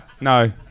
No